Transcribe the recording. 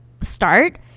start